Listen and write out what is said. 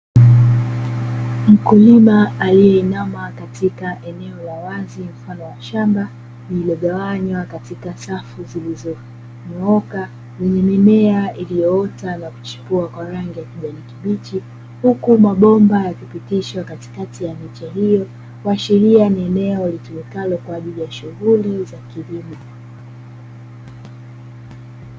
Mkulima aliyeinama katika eneo la wazi mfano wa shamba, lililogawanywa katika safu zilizonyooka zenye mimea iliyoota na kuchipua kwa rangi ya kijani kibichi. Huku mabomba yamepitishwa katikati ya miche hiyo, kuashiria ni eneo litumikalo kwa ajili ya shughuli za kilimo.